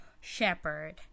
shepherd